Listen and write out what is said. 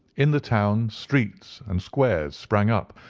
in the town streets and squares sprang up,